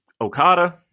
Okada